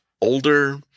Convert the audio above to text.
older